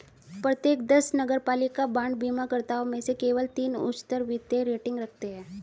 प्रत्येक दस नगरपालिका बांड बीमाकर्ताओं में से केवल तीन उच्चतर वित्तीय रेटिंग रखते हैं